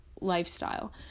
lifestyle